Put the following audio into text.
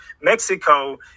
Mexico